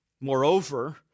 Moreover